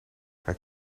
hij